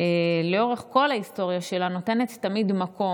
לאורך כל ההיסטוריה שלה נותנת תמיד מקום,